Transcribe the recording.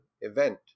event